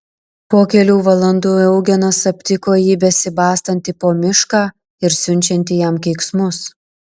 po kelių valandų eugenas aptiko jį besibastantį po mišką ir siunčiantį jam keiksmus